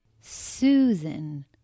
Susan